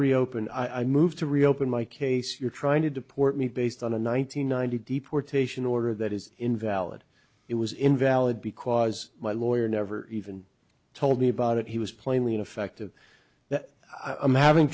reopen i moved to reopen my case you're trying to deport me based on a nine hundred ninety deportation order that is invalid it was invalid because my lawyer never even told me about it he was plainly ineffective that i'm having